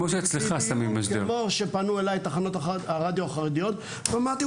בדיוק כמו שפנו אלי תחנות הרדיו החרדיות ואמרתי,